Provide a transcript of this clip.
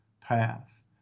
path